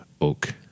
oak